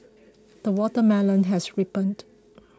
the watermelon has ripened